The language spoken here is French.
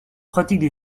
pratiquent